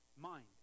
mind